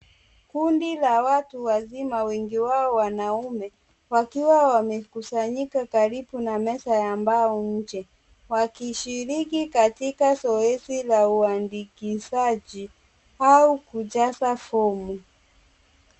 Kundi la watu wazima wengi wao wanaume, wakiwa wamekusanyika karibu na meza ya mbao nje, wakishiriki katika zoezi la uandikishaji au kujaza fomu.